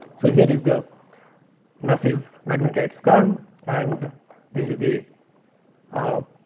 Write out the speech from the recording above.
so, here is the massive magnetite's come and this is the ah